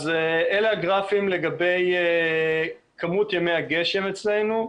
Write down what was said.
אלה הגרפים לגבי כמות ימי הגשם אצלנו.